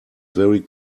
very